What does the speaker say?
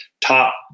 top